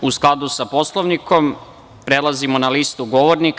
U skladu sa Poslovnikom, prelazimo na listu govornika.